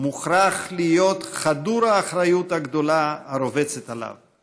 מוכרח להיות חדור האחריות הגדולה הרובצת עליו: